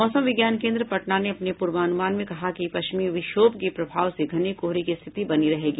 मौसम विज्ञान केन्द्र पटना ने अपने पूर्वानुमान में कहा है कि पश्चिमी विक्षोभ के प्रभाव से घने कोहरे की स्थिति बनी रहेगी